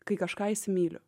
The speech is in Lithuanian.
kai kažką įsimyliu